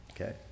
Okay